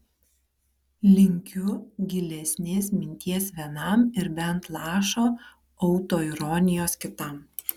linkiu gilesnės minties vienam ir bent lašo autoironijos kitam